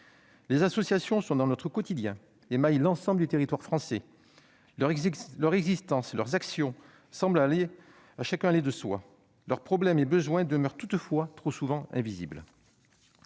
Les associations font partie de notre quotidien et maillent l'ensemble du territoire français. Leur existence, leurs actions semblent aller de soi à chacun. Leurs problèmes et leurs besoins demeurent toutefois trop souvent invisibles.